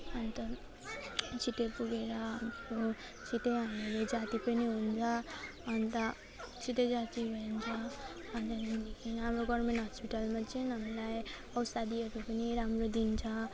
अन्त छिटै पुगेर हामीहरूको छिटै हामीलाई जाति पनि हुन्छ अन्त छिटै जाति भइन्छ अन्त अब गभर्मेन्ट हस्पिटलमा चाहिँ हामीलाई औषधीहरू पनि राम्रो दिन्छ